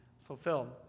fulfilled